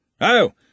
Oh